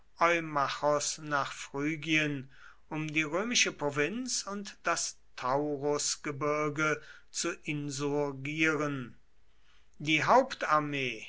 nach phrygien um die römische provinz und das taurusgebirge zu insurgieren die hauptarmee